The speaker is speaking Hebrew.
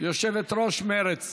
יושבת-ראש מרצ,